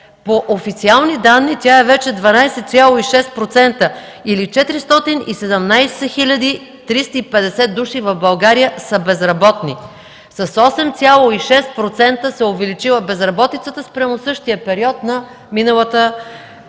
По официални данни тя е вече 12,6% или 417 350 души в България са безработни – с 8,6% се е увеличила безработицата спрямо същия период на миналата година.